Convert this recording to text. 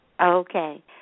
Okay